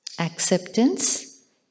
Acceptance